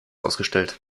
ausgestellt